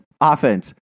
offense